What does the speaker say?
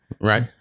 Right